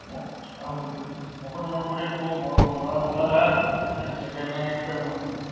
মুকুটমণিপুরে খুব বড়ো বড়ো জলাধার সেখানে একটা